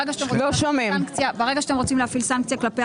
ברגע שאתם רוצים להפעיל סנקציות נגד הרשות,